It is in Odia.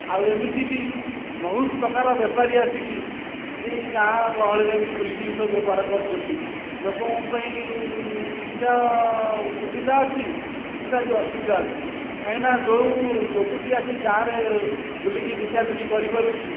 ଆଉ ଏମିତି ବି ବହୁତ ପ୍ରକାର ବେପାରୀ ଆସିକି ବି ଗାଁ ଗହଳି ରେ ଏମିତି ବୁଲିକି ବି ସବୁ ବେପାର କରୁଛନ୍ତି ଲୋକଙ୍କ ପାଇଁ କିଛିଟା ସୁବିଧା ଅଛି କିଛିଟା ବି ଅସୁବିଧା ଅଛି କାହିଁନା ଯେଉଁ ଲୋକଟି ଆସି ଗାଁରେ ବୁଲିକି ବିକା ବିକି କରିପାରୁଛି